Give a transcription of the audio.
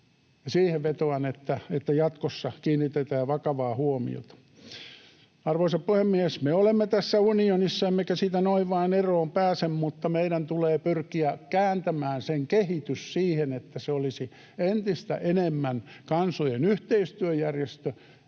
Ja vetoan, että jatkossa siihen kiinnitettäisiin vakavaa huomiota. Arvoisa puhemies! Me olemme tässä unionissa, emmekä siitä noin vain eroon pääse, mutta meidän tulee pyrkiä kääntämään sen kehitys siihen, että se olisi entistä enemmän kansojen yhteistyöjärjestö